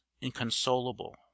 inconsolable